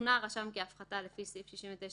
שוכנע הרשם כי ההפחתה לפי סעיף 69ב7(1)